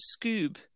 Scoob